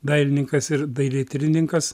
dailininkas ir dailėtyrininkas